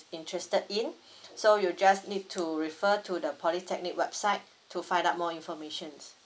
interested in so you just need to refer to the polytechnic website to find out more information